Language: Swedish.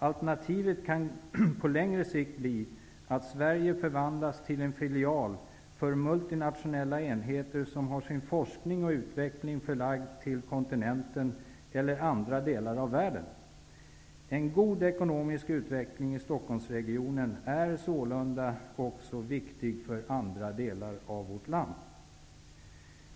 Alternativet kan på längre sikt bli att Sverige förvandlas till en filial för multinationella enheter som har sin forskning och utveckling förlagd till kontinenten eller andra delar av världen. En god ekonomisk utveckling i Stockholmsregionen är sålunda också viktig för andra delar av vårt land.